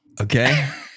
Okay